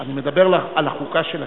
אני מדבר על החוקה של הכנסת,